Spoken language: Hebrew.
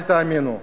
אל תאמינו,